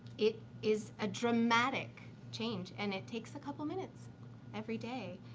it is a dramatic change and it takes a couple minutes every day.